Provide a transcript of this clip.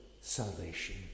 salvation